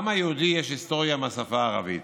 לעם היהודי יש היסטוריה עם השפה הערבית.